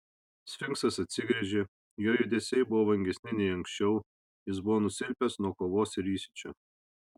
sfinksas atsigręžė jo judesiai buvo vangesni nei anksčiau jis buvo nusilpęs nuo kovos ir įsiūčio